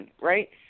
right